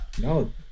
No